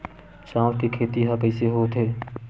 चांउर के खेती ह कइसे होथे?